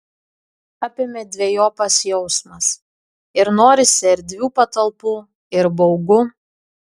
apėmė dvejopas jausmas ir norisi erdvių patalpų ir baugu